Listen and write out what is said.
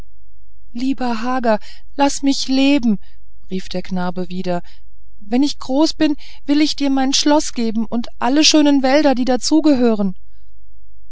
lieber hager laß mich leben rief der knabe wieder wenn ich groß bin will ich dir mein schloß geben und alle schönen wälder die